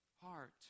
heart